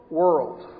world